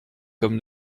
comme